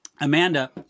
Amanda